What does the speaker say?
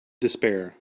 despair